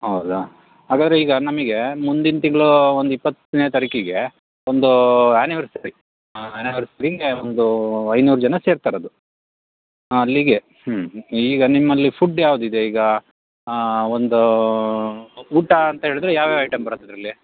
ಹೌದಾ ಹಾಗಾದರೆ ಈಗ ನಮಗೆ ಮುಂದಿನ ತಿಂಗಳು ಒಂದು ಇಪ್ಪತ್ತನೆ ತಾರೀಕಿಗೆ ಒಂದು ಆ್ಯನಿವರ್ಸರಿ ಆ ಆ್ಯನಿವರ್ಸರಿಗೆ ಒಂದು ಐನೂರು ಜನ ಸೇರ್ತಾರೆ ಅದು ಹಾಂ ಅಲ್ಲಿಗೆ ಹ್ಞೂ ಈಗ ನಿಮ್ಮಲ್ಲಿ ಫುಡ್ ಯಾವ್ದು ಇದೆ ಈಗ ಒಂದು ಊಟ ಅಂತ ಹೇಳಿದರೆ ಯಾವ್ಯಾವ ಐಟಮ್ ಬರತ್ತೆ ಅದರಲ್ಲಿ